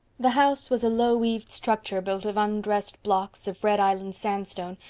the house was a low-eaved structure built of undressed blocks of red island sandstone,